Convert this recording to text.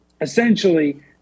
essentially